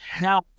Now